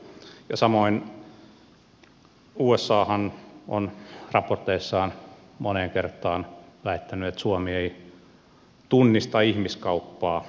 ja samoin usahan on raporteissaan moneen kertaa väittänyt että suomi ei tunnista ihmiskauppaa